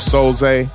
Soze